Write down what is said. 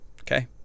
Okay